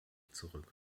zurück